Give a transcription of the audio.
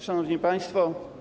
Szanowni Państwo!